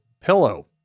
Pillow